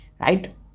right